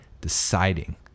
deciding